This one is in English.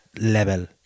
level